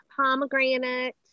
pomegranate